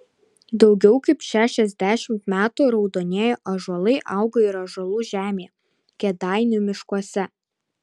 daugiau kaip šešiasdešimt metų raudonieji ąžuolai auga ir ąžuolų žemėje kėdainių miškuose